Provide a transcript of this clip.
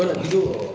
kau nak tidur bawah